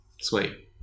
Sweet